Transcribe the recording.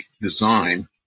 design